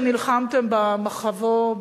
שנלחמתם במחבוא,